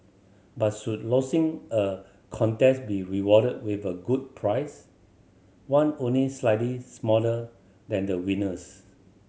but should losing a contest be rewarded with a good prize one only slightly smaller than the winner's